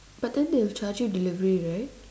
but then they'll charge you delivery right